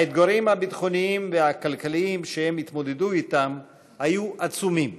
האתגרים הביטחוניים והכלכליים שהם התמודדו אתם היו עצומים,